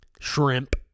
Shrimp